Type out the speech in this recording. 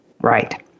Right